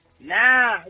Nah